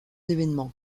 événements